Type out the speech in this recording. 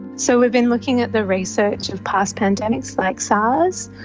so we've been looking at the research of past pandemics like sars,